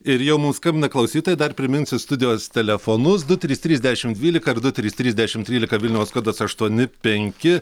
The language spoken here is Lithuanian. ir jau mums skambina klausytojai dar priminsiu studijos telefonus du trys trys dešim dvylika du trys trys dešim trylika vilniaus kodas aštuoni penki